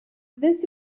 this